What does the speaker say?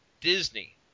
Disney